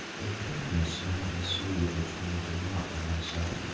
a coolness now ensued between demotte and myself,